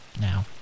Now